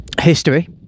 History